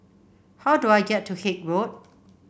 how do I get to Haig Road